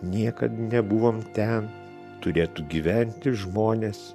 niekad nebuvom ten turėtų gyventi žmonės